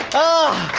oh